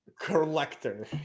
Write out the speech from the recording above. collector